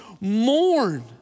mourn